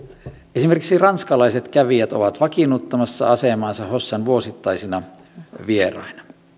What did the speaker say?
esimerkiksi ranskalaiset kävijät ovat vakiinnuttamassa asemaansa hossan vuosittaisina vieraina